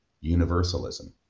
universalism